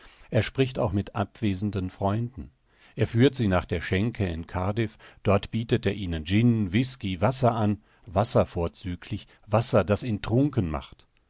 er spricht auch mit abwesenden freunden er führt sie nach der schenke in cardiff dort bietet er ihnen gin whisky wasser an wasser vorzüglich wasser das ihn trunken macht